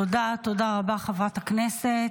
תודה רבה, חברת הכנסת.